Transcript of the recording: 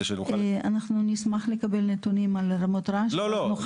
אנחנו נשמח לקבל נתונים על רמות רעש -- לא, לא,